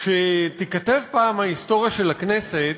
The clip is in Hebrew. כשתיכתב פעם ההיסטוריה של הכנסת,